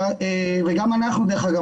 וגם אנחנו דרך אגב,